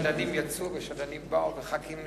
שדלנים יצאו ושדלנים באו וחברי כנסת